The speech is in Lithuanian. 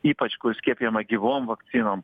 ypač kur skiepijama gyvom vakcinom